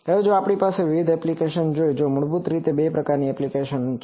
હવે જો આપણે વિવિધ એપ્લિકેશનો જોઈએ તો મૂળભૂત રીતે બે પ્રકારની એપ્લિકેશન છે